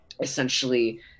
essentially